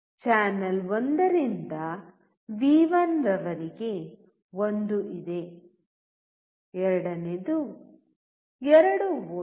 channel 1 ರಿಂದ ವಿ1 ರವರೆಗೆ ಒಂದು ಇದೆ ಎರಡನೇದು 2 ವೋಲ್ಟ್